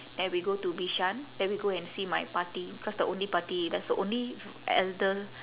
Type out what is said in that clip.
then we go to bishan then we go and see my paati cause the only paati that's the only elder~